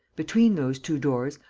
between those two doors,